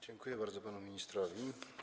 Dziękuję bardzo panu ministrowi.